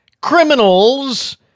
criminals